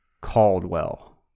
caldwell